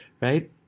Right